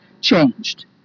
changed